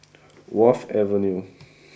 Wharf Avenue